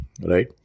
right